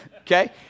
Okay